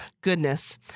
goodness